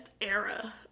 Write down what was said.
era